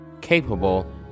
capable